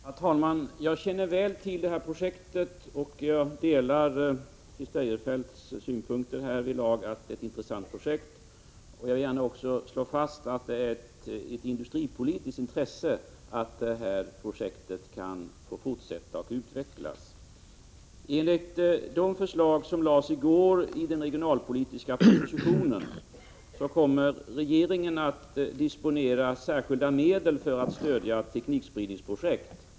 Herr talman! Jag känner väl till det här projektet, och jag delar Christer Eirefelts uppfattning att det är intressant. Jag vill gärna också slå fast att det är av industripolitiskt intresse att projektet kan få fortsätta och utvecklas. Enligt de förslag som lades fram i går i den regionalpolitiska propositionen kommer regeringen att disponera särskilda medel för att stödja teknikspridningsprojekt.